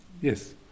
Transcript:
Yes